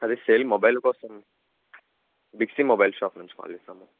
అదే cell mobile కోసం Big C mobile shop నుంచి కాల్ చేసాము